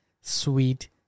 sweet